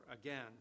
again